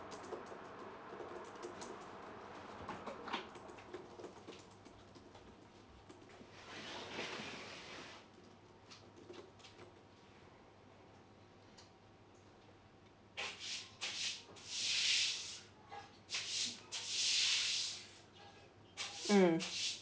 mm